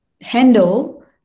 handle